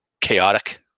chaotic